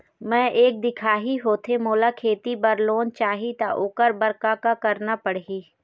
मैं एक दिखाही होथे मोला खेती बर लोन चाही त ओकर बर का का करना पड़ही?